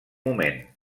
moment